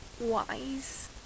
wise